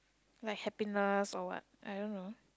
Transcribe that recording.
my happiness or what I don't know